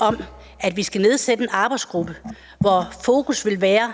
om, at vi skal nedsætte en arbejdsgruppe, som skal have